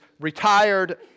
retired